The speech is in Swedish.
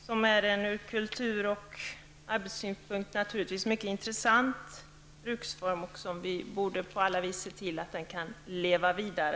Det är en ur kultur och arbetssynpunkt mycket intressant bruksform, och vi borde på alla vis se till att den kan leva vidare.